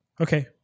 Okay